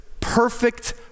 perfect